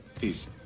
Peace